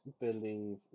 believe